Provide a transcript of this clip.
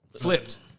Flipped